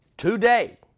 Today